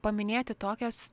paminėti tokias